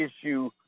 issue